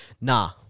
nah